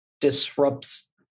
disrupts